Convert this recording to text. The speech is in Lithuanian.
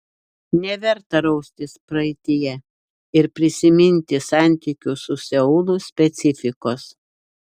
neverta raustis praeityje ir prisiminti santykių su seulu specifikos